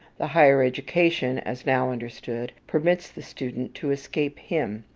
the higher education, as now understood, permits the student to escape him,